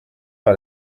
par